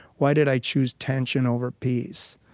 why did i choose tension over peace?